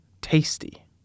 tasty